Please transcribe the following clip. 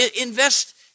Invest